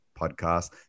podcast